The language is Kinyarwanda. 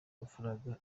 amafaranga